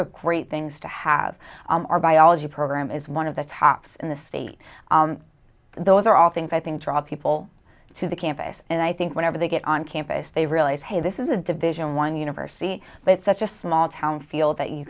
are great things to have on our biology program is one of the tops in the state those are all things i think draw people to the campus and i think whenever they get on campus they realize hey this is a division one university but it's such a small town feel that you